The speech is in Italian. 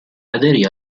aderì